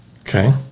Okay